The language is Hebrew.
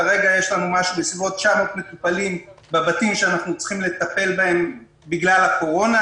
כרגע יש לנו כ-900 מטופלים בבתים שאנחנו צריכים לטפל בהם בגלל הקורונה.